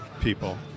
people